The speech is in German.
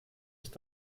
ist